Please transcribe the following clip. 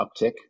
uptick